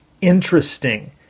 interesting